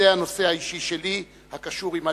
זה הנושא האישי שלי הקשור עם "אליאנס".